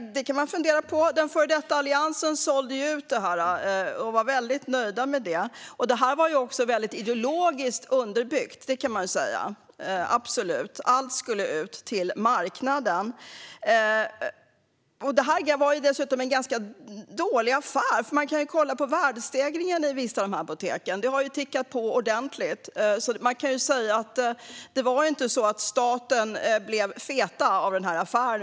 Det kan man fundera på. Den före detta Alliansen sålde ju ut apoteken och var väldigt nöjda med det. Det var ideologiskt underbyggt, kan man absolut säga - allt skulle ut på marknaden. Det var en ganska dålig affär, ser man om man kollar på värdestegringen i vissa av apoteken. Den har tickat på ordentligt, så det var inte staten som blev fet av affären.